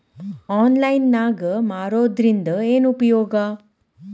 Online ನಾಗ್ ಮಾರೋದ್ರಿಂದ ಏನು ಉಪಯೋಗ?